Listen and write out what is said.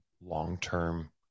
long-term